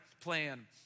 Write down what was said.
plan